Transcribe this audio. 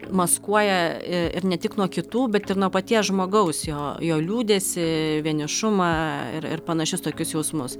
maskuoja ir ne tik nuo kitų bet ir nuo paties žmogaus jo jo liūdesį vienišumą ir ir panašius tokius jausmus